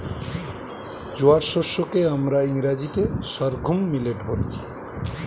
জোয়ার শস্য কে আমরা ইংরেজিতে সর্ঘুম মিলেট বলি